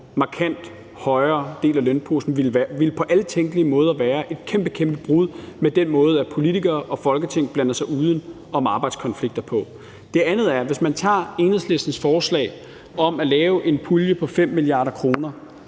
markant højere del af lønposen, ville på alle tænkelige måder være et kæmpe, kæmpe brud med den måde, politikere og Folketing blander sig uden om arbejdskonflikter på. For det andet: Hvis man tager Enhedslistens forslag om at lave en pulje på 5 mia. kr.,